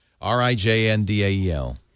R-I-J-N-D-A-E-L